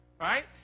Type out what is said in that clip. right